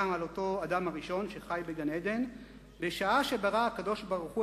גם על אותו אדם הראשון שחי בגן-עדן: "בשעה שברא הקדוש-ברוך-הוא